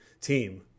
team